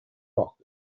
rock